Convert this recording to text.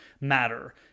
matter